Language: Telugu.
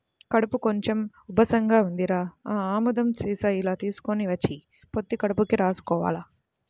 కడుపు కొంచెం ఉబ్బసంగా ఉందిరా, ఆ ఆముదం సీసా ఇలా తీసుకొని వచ్చెయ్, పొత్తి కడుపుకి రాసుకోవాల